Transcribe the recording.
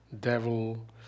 devil